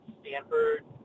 Stanford